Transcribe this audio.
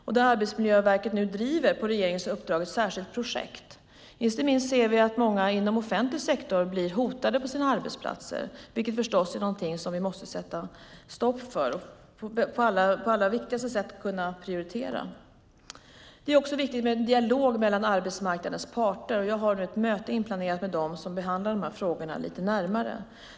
På regeringens uppdrag driver Arbetsmiljöverket nu ett särskilt projekt. Inte minst inom offentlig sektor ser vi att många blir hotade på sina arbetsplatser. Det är naturligtvis något som vi måste sätta stopp för. Det är högt prioriterat. Det är också viktigt med en dialog mellan arbetsmarknadens parter. Jag har ett möte inplanerat med dem för att närmare behandla de här frågorna.